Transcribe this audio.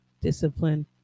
discipline